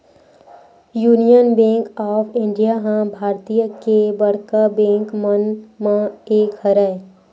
union Bank of India ह भारतीय के बड़का बेंक मन म एक हरय